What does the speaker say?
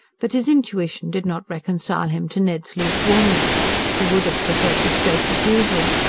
but his intuition did not reconcile him to ned's luke-warmness he would have preferred a straight refusal.